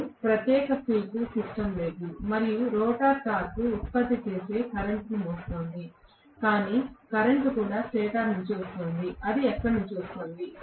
నాకు ప్రత్యేక field system లేదు మరియు రోటర్ టార్క్ ఉత్పత్తి చేసే కరెంట్ను మోస్తోంది కాని కరెంట్ కూడా స్టేటర్ నుండి వస్తోంది అది ఎక్కడ నుండి వస్తోంది